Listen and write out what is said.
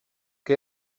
que